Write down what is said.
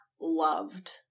loved